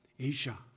Asia